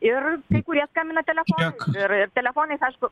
ir kurie skambina telefonu ir ir telefonais aišku